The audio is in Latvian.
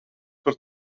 par